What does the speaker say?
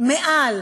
מעל